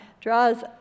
draws